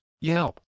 Yelp